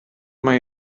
mai